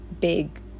big